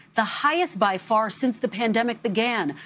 the highest by far since the pandemic began.